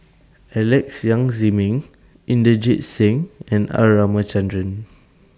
Alex Yam Ziming Inderjit Singh and R Ramachandran